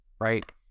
right